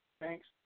Thanks